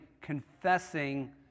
confessing